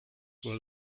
will